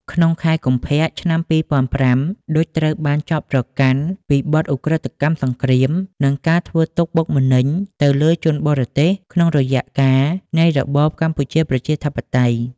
ក្នុងខែ កុម្ភៈ ឆ្នាំ២០០៥ ឌុច ត្រូវបានចោទ ប្រកាន់ពីបទឧក្រិដ្ឋកម្មសង្គ្រាមនិងការធ្វើទុក្ខបុកម្នេញទៅលើជនបរទេសក្នុងរយៈកាលនៃរបបកម្ពុជាប្រជាធិបតេយ្យ ។